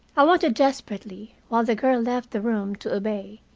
i wanted desperately, while the girl left the room to obey,